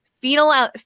phenol